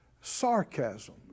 Sarcasm